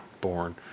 born